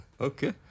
Okay